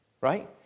right